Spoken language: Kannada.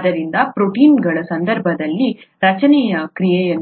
ಆದ್ದರಿಂದ ಪ್ರೊಟೀನ್ಗಳ ಸಂದರ್ಭದಲ್ಲಿ ರಚನೆಯ ಕ್ರಿಯೆಯ